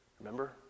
Remember